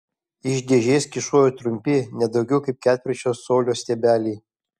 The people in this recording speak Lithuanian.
iš dėžės kyšojo trumpi ne daugiau kaip ketvirčio colio stiebeliai